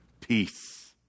peace